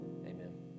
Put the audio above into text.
Amen